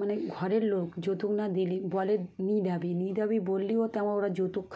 মানে ঘরের লোক যৌতুক না দিলে বলে নেই দাবি নেই দাবি বললেও তেমন ওরা যৌতুক